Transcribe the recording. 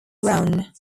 brown